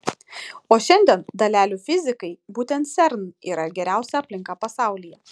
o šiandien dalelių fizikai būtent cern yra geriausia aplinka pasaulyje